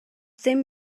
dim